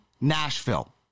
Nashville